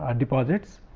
and deposits.